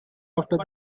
after